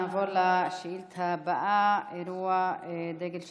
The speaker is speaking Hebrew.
נעבור לשאילתה הבאה: אירוע דגל שחור,